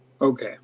Okay